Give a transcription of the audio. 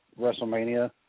WrestleMania –